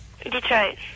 Detroit